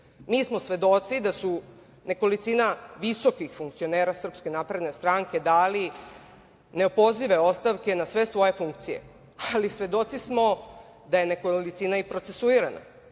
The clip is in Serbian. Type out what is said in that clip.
Mi smo svedoci da je nekolicina visokih funkcionera SNS dala neopozive ostavke na sve svoje funkcije, ali svedoci smo da je nekolicina i procesuirana.